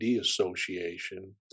Association